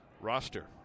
roster